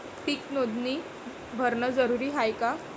पीक नोंदनी भरनं जरूरी हाये का?